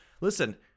Listen